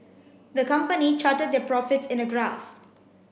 the company charted their profits in a graph